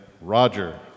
Roger